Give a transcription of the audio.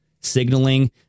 signaling